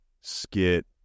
skit